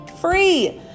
free